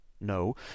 No